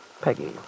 Peggy